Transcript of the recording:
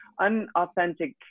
unauthentic